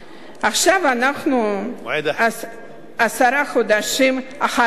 עכשיו אנחנו עשרה חודשים אחרי.